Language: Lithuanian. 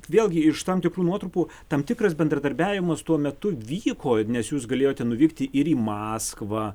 vėlgi iš tam tikrų nuotrupų tam tikras bendradarbiavimas tuo metu vyko nes jūs galėjote nuvykti ir į maskvą